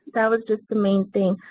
that was just the main thing.